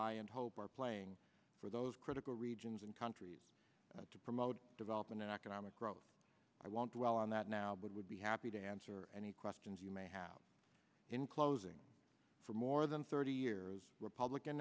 i and hope are playing for those critical regions and countries to promote development and economic growth i won't dwell on that now but would be happy to answer any questions you may have in closing for more than thirty years republican